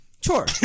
Sure